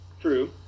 True